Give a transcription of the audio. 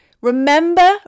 Remember